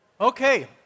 Okay